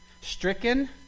Stricken